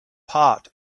part